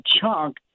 chunk